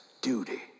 duty